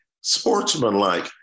sportsmanlike